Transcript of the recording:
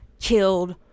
killed